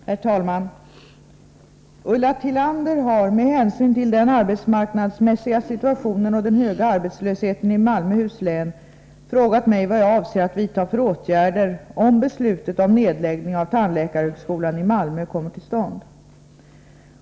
Herr talman! Ulla Tillander har, med hänsyn till den arbetsmarknadsmässiga situationen och den höga arbetslösheten i Malmöhus län, frågat mig vad jag avser att vidta för åtgärder om beslutet om nedläggning av tandläkarhögskolan i Malmö kommer till stånd.